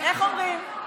איך אומרים?